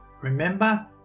Remember